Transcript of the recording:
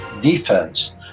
defense